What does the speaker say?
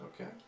Okay